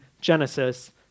Genesis